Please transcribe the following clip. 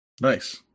Nice